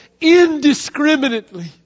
indiscriminately